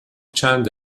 چند